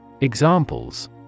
Examples